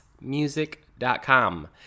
music.com